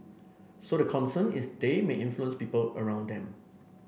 so the concern is they may influence people around them